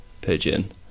pigeon